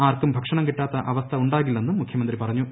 ആർക്കും ഭക്ഷണം കിട്ടാത്ത അവസ്ഥാ ഉണ്ടാകില്ലെന്നും മുഖ്യമന്ത്രി പറഞ്ഞു